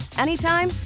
anytime